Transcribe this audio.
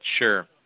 Sure